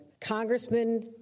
Congressman